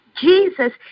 Jesus